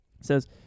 says